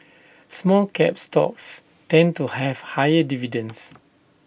small cap stocks tend to have higher dividends